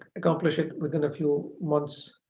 accomplish it within a few months.